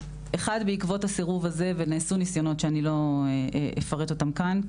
בעקבות הסירוב הזה ונעשו ניסיונות שאני לא אפרט אותם כאן,